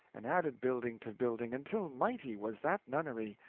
and added building to building, until mighty was that nunnery.